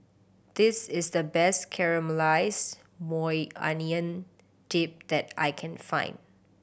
this is the best Caramelized Maui Onion Dip that I can find